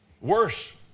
worse